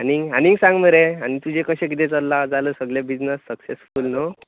आनी आनीक सांग मरे आनी तुजें कशें कितें चल्लां जालें सगळें बिजनस सकसेसफूल न्हू